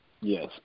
Yes